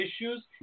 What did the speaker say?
issues